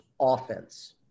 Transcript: offense